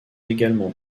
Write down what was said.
également